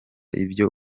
ibyo